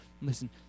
listen